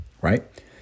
right